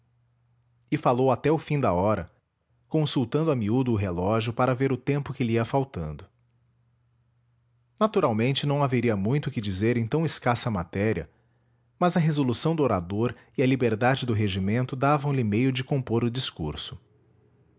e falou até o fim da hora consultando a miúdo o relógio para ver o tempo que lhe ia faltando naturalmente não haveria muito que dizer em tão escassa matéria mas a resolução do orador e a liberdade do regimento davam-lhe meio de compor o discurso